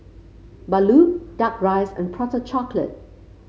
Bahulu duck rice and Prata Chocolate